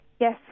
Yes